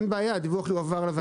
אין בעיה, הדיווח יועבר לוועדה.